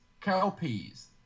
cowpeas